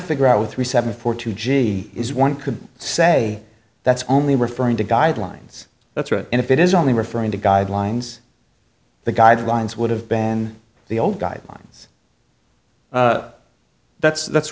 figure out with three seventy four two g is one could say that's only referring to guidelines that's right and if it is only referring to guidelines the guidelines would have been the old guidelines that's that's